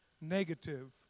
negative